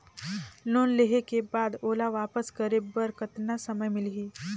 Loan लेहे के बाद ओला वापस करे बर कतना समय मिलही?